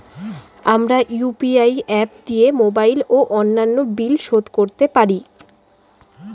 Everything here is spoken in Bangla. আমরা ইউ.পি.আই অ্যাপ দিয়ে মোবাইল ও অন্যান্য বিল শোধ করতে পারি